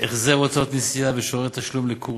החזר הוצאות נסיעה ושוברי תשלום לקורסים,